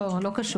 לא, לא קשור.